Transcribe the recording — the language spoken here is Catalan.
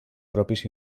propis